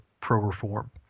pro-reform